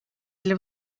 для